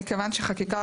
מכיוון שחקיקה,